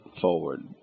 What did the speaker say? forward